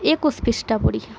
একুশ পৃষ্ঠা পড়ি